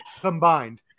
combined